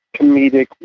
comedic